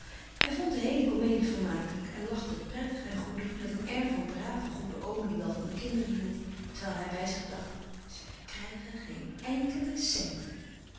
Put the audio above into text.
hij vond de heele komedie vermakelijk en lachte prettig en goedig met een air van braven goeden oom die wel van de kinderen hield terwijl hij bij zich dacht ze krijgen geen enkelen cent